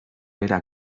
era